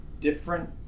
different